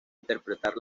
interpretar